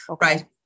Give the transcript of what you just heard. right